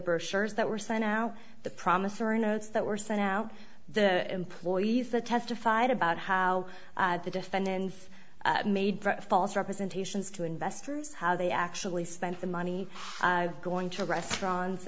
brochures that were sent out the promissory notes that were sent out the employees that testified about how the defendants made false representations to investors how they actually spent the money going to restaurants